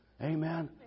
Amen